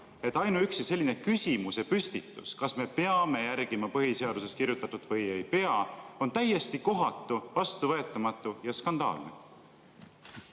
et ainuüksi selline küsimusepüstitus, et kas me peame järgima põhiseaduses kirjutatut või ei pea, on täiesti kohatu, vastuvõetamatu ja skandaalne?